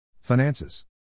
Finances